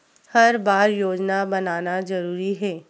हर बार योजना बनाना जरूरी है?